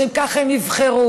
לשם כך הם נבחרו.